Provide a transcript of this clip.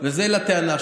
זה לטענה.